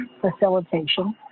facilitation